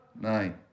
nine